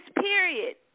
period